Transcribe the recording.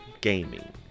gaming